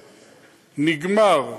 נגמר.